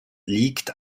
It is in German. liegt